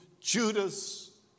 Judas